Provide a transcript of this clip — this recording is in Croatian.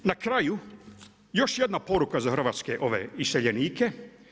Na kraju, još jedna poruka, za hrvatske iseljenika.